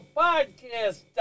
podcast